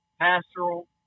pastoral